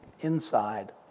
inside